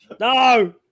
No